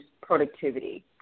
productivity